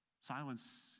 Silence